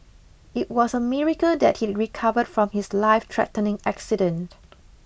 it was a miracle that he recovered from his lifethreatening accident